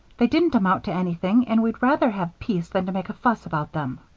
they didn't amount to anything, and we'd rather have peace than to make a fuss about them.